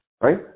right